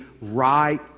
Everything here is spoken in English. right